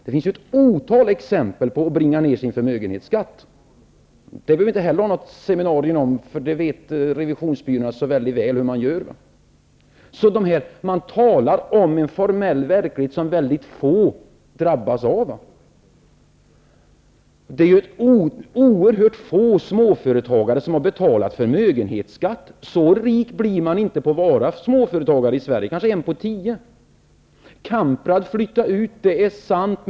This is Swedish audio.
Det finns ett otal exempel på hur man kan bringa ned sin förmögenhetsskatt. Det behöver vi inte ha något seminarium om, eftersom revisionsbyråerna så väldigt väl vet hur man gör. Man talar alltså om en formell verklighet som väldigt få drabbas av. Det är oerhört få småföretagare som har betalat förmögenhetsskatt. Så rik blir man inte på att vara småföretagare i Sverige, utan detta gäller kanske en på tio. Det är sant att Kamprad flyttade ut ur Sverige.